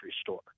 Store